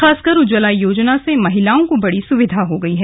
खासकर उज्ज्वला योजना से महिलाओं को बड़ी सुविधा हो गई है